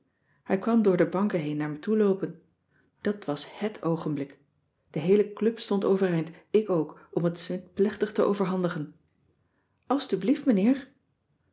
hij kwam door de banken heen naar me toeloopen dat was hèt oogenblik de heele club stond overeind ik ook om het smidt plechtig te overhandigen astublieft meneer